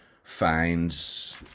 finds